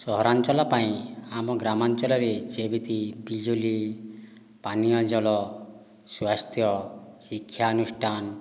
ସହରାଞ୍ଚଳ ପାଇଁ ଆମ ଗ୍ରାମାଞ୍ଚଳରେ ଯେମିତି ବିଜୁଳି ପାନୀୟଜଳ ସ୍ୱାସ୍ଥ୍ୟ ଶିକ୍ଷାନୁଷ୍ଠାନ